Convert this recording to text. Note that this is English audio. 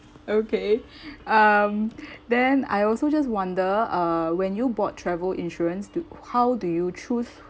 okay um then I also just wonder uh when you bought travel insurance do how do you choose